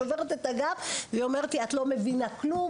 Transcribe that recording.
את שוברת את הגב שלך.״ והיא אומרת לי: ״את לא מבינה כלום.